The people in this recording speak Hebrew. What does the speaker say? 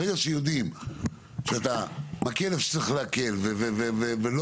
ברגע שיודעים שאתה מקל איפה שצריך להקל ולא